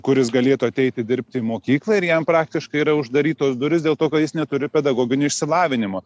kuris galėtų ateiti dirbti į mokyklą ir jam praktiškai yra uždarytos durys dėl to kad jis neturi pedagoginio išsilavinimo